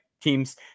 teams